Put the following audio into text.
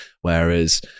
whereas